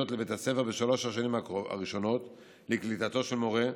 לבית הספר בשלוש השנים הראשונות לקליטתו של מורה.